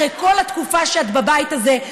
אחרי התקופה שאת בבית הזה,